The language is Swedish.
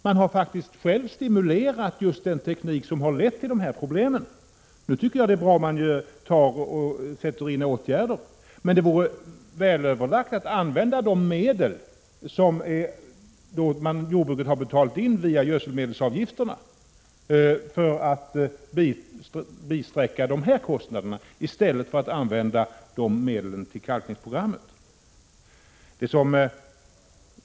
De har faktiskt själva stimulerat just den teknik som har lett till problemen. Jag tycker att det är bra om åtgärder nu vidtas. Men det vore väl övervägt om man använde de medel som jordbruket har betalt in via gödselmedelsavgifter för att täcka dessa kostnader i stället för att använda de medel som är avsedda för kalkningsprogrammet.